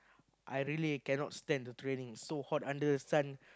I really cannot stand the training so hot under sun